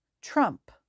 trump